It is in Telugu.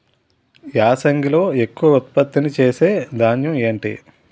యాసంగిలో ఎక్కువ ఉత్పత్తిని ఇచే ధాన్యం ఏంటి?